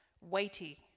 weighty